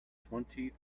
twenty